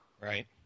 Right